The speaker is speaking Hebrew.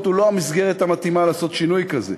הוא לא המסגרת המתאימה לעשות שינוי כזה.